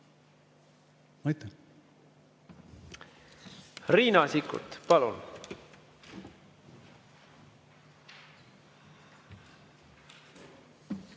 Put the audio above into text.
Aitäh! Riina Sikkut, palun!